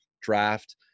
draft